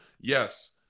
Yes